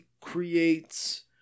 creates